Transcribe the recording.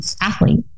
athlete